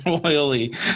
royally